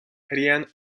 crían